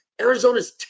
Arizona's